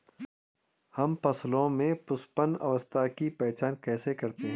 हम फसलों में पुष्पन अवस्था की पहचान कैसे करते हैं?